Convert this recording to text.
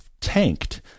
tanked